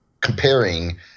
comparing